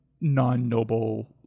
non-noble